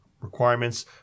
requirements